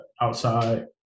outside